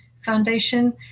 foundation